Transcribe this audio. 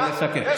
נא לסכם.